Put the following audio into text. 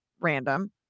random